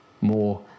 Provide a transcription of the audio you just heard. more